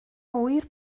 ŵyr